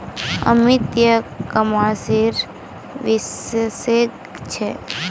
अमित ई कॉमर्सेर विशेषज्ञ छे